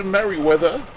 Merriweather